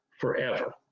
forever